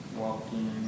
walking